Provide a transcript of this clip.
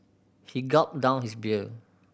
he gulped down his beer